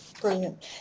Brilliant